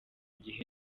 gihe